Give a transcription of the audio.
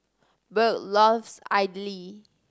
Burk loves Idili